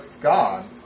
God